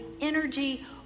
energy